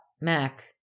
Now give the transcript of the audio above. Mac